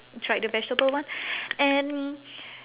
tried the vegetable one and